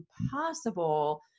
impossible